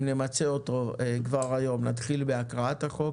אם נמצה אותו כבר היום נתחיל בהקראת החוק,